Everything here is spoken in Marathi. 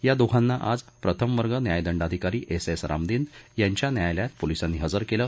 या दोघाना आज प्रथम वर्ग न्यायदंडाधिकारी एस एस रामदिन यांच्या न्यायालयात पोलिसांनी हजर केलं